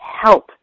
help